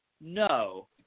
No